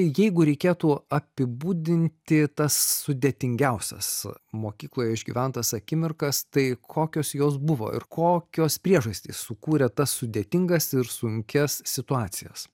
jeigu reikėtų apibūdinti tas sudėtingiausias mokykloje išgyventas akimirkas tai kokios jos buvo ir kokios priežastys sukūrė tas sudėtingas ir sunkias situacijas